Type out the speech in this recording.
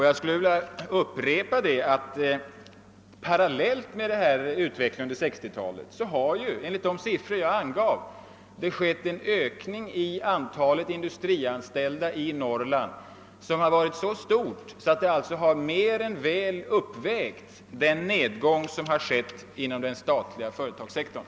Jag vill upprepa att parallellt med utvecklingen under 1960-talet har enligt de siffror jag angav skett en ökning i antalet industrianställda i Norrland, som har varit så stor att det mer än väl har uppvägt den nedgång som har skett inom den statliga företagssektorn.